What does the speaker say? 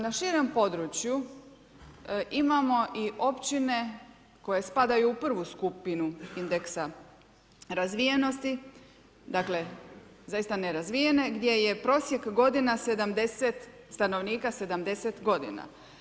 Na širem području imamo i općine koje spadaju u prvu skupinu indeksa razvijenosti, dakle zaista ne razvijene gdje je prosjek godina 70 stanovnika, 70 godina.